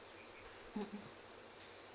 mmhmm